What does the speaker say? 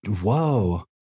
Whoa